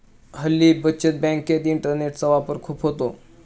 हल्ली बचत बँकेत इंटरनेटचा वापर खूप होतो